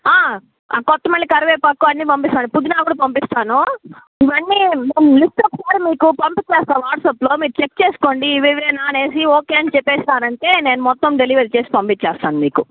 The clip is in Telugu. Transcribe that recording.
కొత్తమల్లి కరివేపాకు అన్నీ పంపిస్తాను పుదీనా కూడా పంపిస్తాను మళ్ళీ లిస్టొక సారి మీకు పంపించేస్తా వాట్సప్లో మీరు చెక్ చేసుకోండి ఇవి ఇవేనా అనేసి మీరు ఓకే అని చెప్పేశారంటే నేను మొత్తం డెలివరీ చేసి పంపించేస్తాను మీకు